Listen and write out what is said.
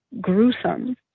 gruesome